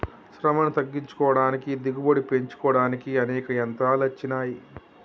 శ్రమను తగ్గించుకోడానికి దిగుబడి పెంచుకోడానికి అనేక యంత్రాలు అచ్చినాయి